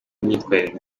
n’imyitwarire